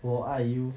我爱 you